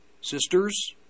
Sisters